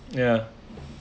ya